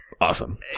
awesome